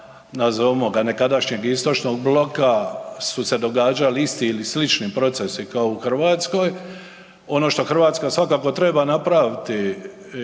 nazovimo ga nekadašnjeg Istočnog bloka su se događali isti ili slični procesi kao u Hrvatskoj, ono što Hrvatska svakako treba napraviti